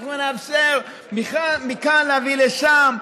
אנחנו נאפשר מכאן להביא לשם,